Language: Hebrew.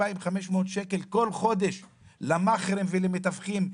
2,500 שקלים כל חודש למעכרים ולמתווכים,